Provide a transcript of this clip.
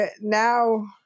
now